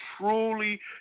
truly